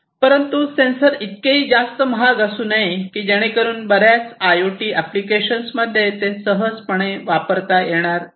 परंतु सेन्सर इतकेही जास्त महाग असू नये की जेणेकरून बऱ्याच आय आय ओ टी एप्लिकेशन्समध्ये सहजपणे वापरता येणार नाही